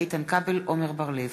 איתן כבל ועמר בר-לב,